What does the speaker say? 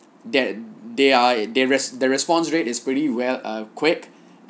that they are they res~ the response rate is pretty well ah quick